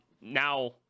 Now